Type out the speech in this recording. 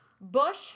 Bush